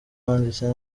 wanditse